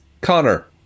Connor